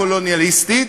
קולוניאליסטית,